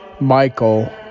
Michael